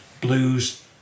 blues